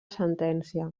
sentència